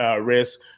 risk